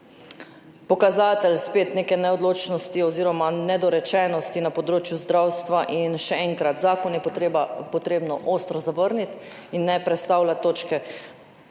pokazatelj neke neodločnosti oziroma nedorečenosti na področju zdravstva. Še enkrat, zakon je treba ostro zavrniti in ne prestavljati točke.